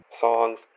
songs